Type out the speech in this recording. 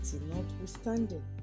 notwithstanding